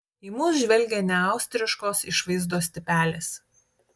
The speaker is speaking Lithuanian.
į mus žvelgė neaustriškos išvaizdos tipelis